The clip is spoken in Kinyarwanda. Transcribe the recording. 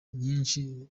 nyinshi